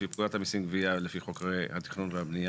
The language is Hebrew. לפי פקודת המיסים (גבייה) לפי חוק התכנון והבנייה.